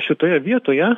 šitoje vietoje